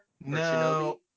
no